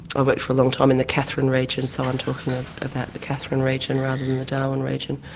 i worked for a long time in the katherine region, so i'm talking ah about the katherine region rather than the darwin region.